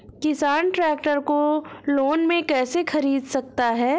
किसान ट्रैक्टर को लोन में कैसे ख़रीद सकता है?